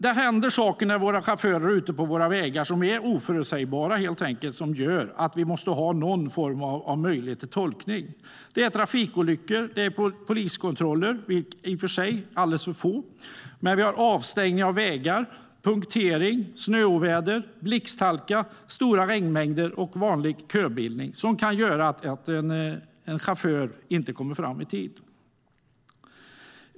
Det händer oförutsägbara saker när våra chaufförer är ute på vägarna. Detta gör att vi måste ha någon form av möjlighet till tolkning av tiderna. Det kan vara trafikolyckor, poliskontroller - i och för sig alldeles för få - avstängning av vägar, punktering, snöoväder, blixthalka, stora regnmängder och vanlig köbildning som gör att en chaufför inte kommer fram i tid.